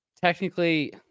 technically